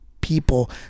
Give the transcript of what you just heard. people